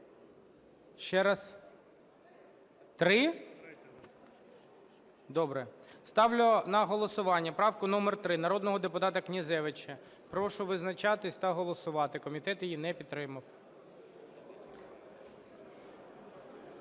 Ще раз. 3? Добре. Ставлю на голосування правку номер 3 народного депутата Князевича. Прошу визначатись та голосувати. Комітет її не підтримав.